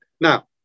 Now